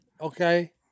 Okay